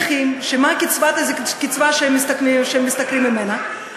מה הקצבה שהם חיים ממנה?